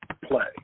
play